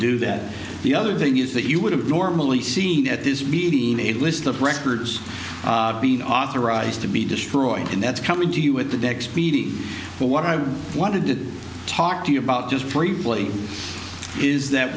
do that the other thing is that you would have normally seen at this meeting made list of records being authorized to be destroyed and that's coming to you with the deck speedy what i wanted to talk to you about just briefly is that